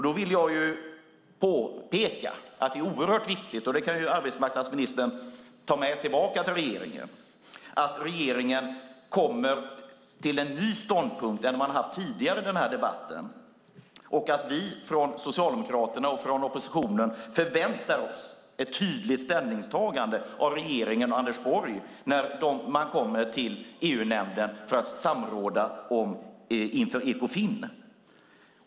Då vill påpeka att det är oerhört viktigt - det kan arbetsmarknadsministern ta med till regeringen - att regeringen kommer till en ny ståndpunkt, en annan än den man tidigare haft i den här debatten, och att vi från Socialdemokraterna och övriga oppositionen förväntar oss ett tydligt ställningstagande av regeringen och Anders Borg när man kommer till EU-nämnden för att samråda inför Ekofin.